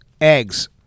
Eggs